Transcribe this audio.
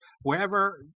wherever